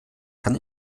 kann